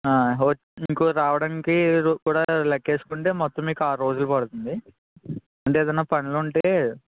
హోటల్కు రావడానికి కూడా లెక్క వేసుకుంటే మొత్తం మీకు ఆరు రోజులు పడుతుంది అంటే ఏదన్న పనులు ఉంటే